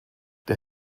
der